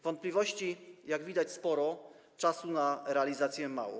Wątpliwości, jak widać, sporo, a czasu na realizację mało.